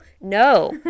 No